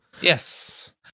Yes